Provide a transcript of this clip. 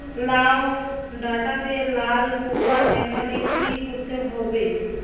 লাউ ডাটাতে লাল পোকা দেখালে কি করতে হবে?